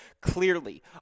clearly